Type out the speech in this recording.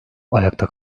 ayakta